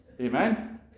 Amen